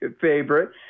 favorite